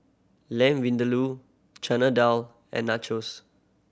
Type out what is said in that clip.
Lamb Vindaloo Chana Dal and Nachos